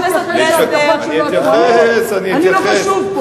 אני רק מבקש מהשר שיתייחס להבטחות שלו.